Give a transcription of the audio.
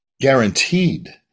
guaranteed